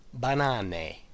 banane